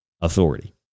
authority